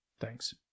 Thanks